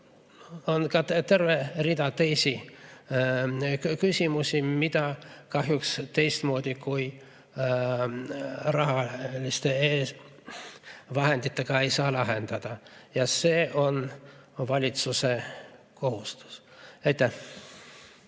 On ka terve rida teisi küsimusi, mida kahjuks teistmoodi kui rahaliste vahenditega ei saa lahendada, ja see on valitsuse kohustus. Aitäh!